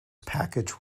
package